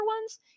ones